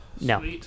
No